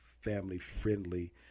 family-friendly